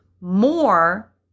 more